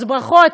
אז ברכות.